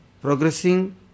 progressing